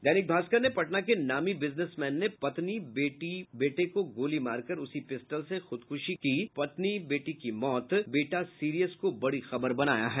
दैनिक भास्कर ने पटना के नामी बिजनेसमैन ने पत्नी बेटी बेटे को गोली मार कर उसी पिस्टल से की खुदकुशी पत्नी बेटी की मौत बेटा सीरियस को बड़ी खबर बनाया है